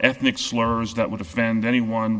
ethnic slurs that would offend anyone